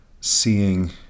seeing